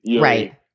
Right